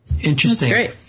Interesting